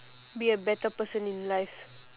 be a better person in life